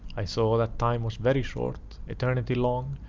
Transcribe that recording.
i saw that time was very short, eternity long,